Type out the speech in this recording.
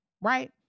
right